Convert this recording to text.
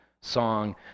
song